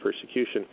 persecution